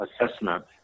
assessment